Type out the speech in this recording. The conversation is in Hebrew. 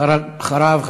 אחריו,